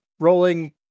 Rolling